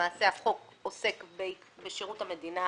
למעשה החוק עוסק בשירות המדינה